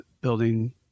building